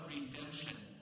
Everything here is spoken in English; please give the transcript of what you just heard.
redemption